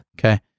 Okay